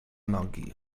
nogi